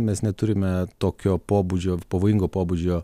mes neturime tokio pobūdžio pavojingo pobūdžio